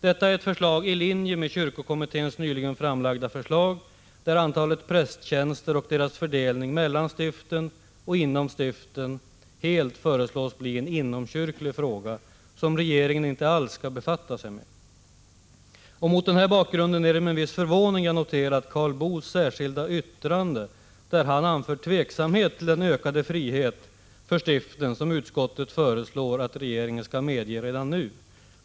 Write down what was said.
Detta är i linje med kyrkokommitténs nyligen framlagda förslag, enligt vilket antalet prästtjänster och deras fördelning mellan stiften och inom stiften skall bli en inomkyrklig fråga som regeringen inte alls skall befatta sig med. Mot denna bakgrund är det med viss förvåning jag noterat Karl Boos särskilda yttrande, där han anför tveksamhet till den ökade frihet för stiften som utskottet föreslår att regeringen skall medge redan nu.